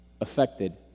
affected